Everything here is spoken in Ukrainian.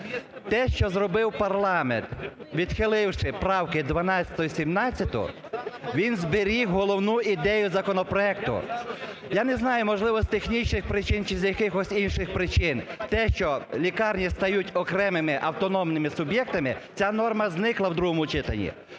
Те, що зробив парламент, відхиливши правки 12 і 17, він зберіг головну ідею законопроекту. Я не знаю, можливо, з технічних причин чи з якихось інших причин те, що лікарні стають окремими автономними суб'єктами, ця норма зникла в другому читанні.